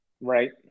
Right